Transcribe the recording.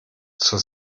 zur